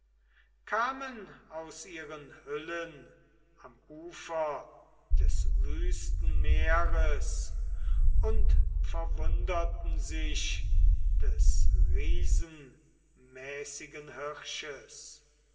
kamen aus ihren hüllen am ufer des wüsten meeres und verwunderten sich des riesenmäßigen hirsches